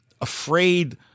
afraid